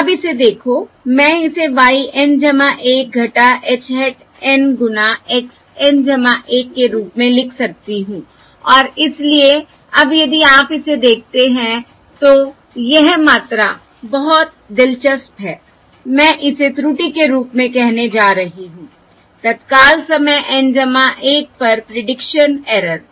अब इसे देखो मैं इसे y N 1 - h hat N गुना x N 1 के रूप में लिख सकती हूं और इसलिए अब यदि आप इसे देखते हैं तो यह मात्रा बहुत दिलचस्प है मैं इसे त्रुटि के रूप में कहने जा रही हूं तत्काल समय N 1 पर प्रीडिक्शन एरर